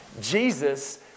Jesus